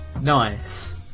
Nice